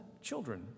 children